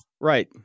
Right